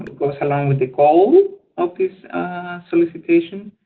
goes along with the goal of this solicitation,